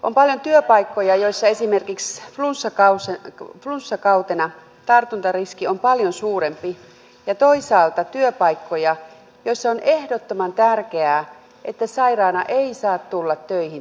on paljon työpaikkoja joissa esimerkiksi flunssakautena tartuntariski on paljon suurempi ja toisaalta työpaikkoja joissa on ehdottoman tärkeää että sairaana ei saa tulla töihin tartuttamaan toisia